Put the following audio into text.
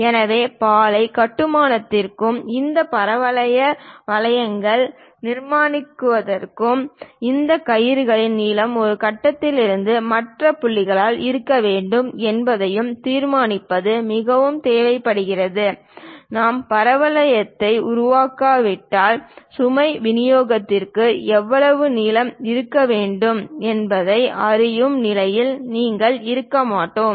எனவே பாலம் கட்டுமானத்திற்கும் இந்த பரவளைய வளைவுகளை நிர்மாணிப்பதற்கும் இந்த கயிறு நீளம் ஒரு கட்டத்தில் இருந்து மற்ற புள்ளியாக இருக்க வேண்டும் என்பதையும் தீர்மானிப்பது மிகவும் தேவைப்படுகிறது நாம் பரவளையத்தை உருவாக்காவிட்டால் சுமை விநியோகத்திற்கு எவ்வளவு நீளம் இருக்க வேண்டும் என்பதை அறியும் நிலையில் நாங்கள் இருக்க மாட்டோம்